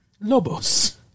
Lobos